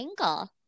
angle